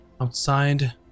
outside